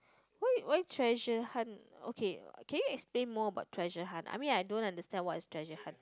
why why treasure hunt okay can you explain more about treasure hunt I mean I don't understand what is treasure hunt